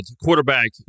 quarterback